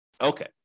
Okay